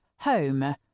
Home